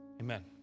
amen